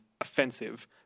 offensive